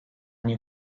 nie